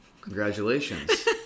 Congratulations